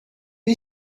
you